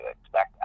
expect